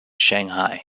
shanghai